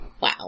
Wow